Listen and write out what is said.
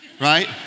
Right